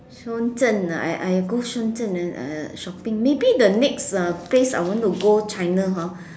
Shenzhen ah I I go Shenzhen and uh shopping maybe the next place I want to go China hor